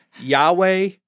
Yahweh